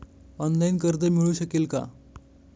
Online कर्ज मिळू शकेल का?